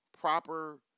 proper